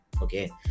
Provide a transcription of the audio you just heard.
Okay